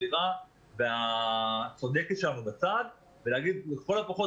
הסבירה והצודקת שלנו בצד ולהגיד לכל הפחות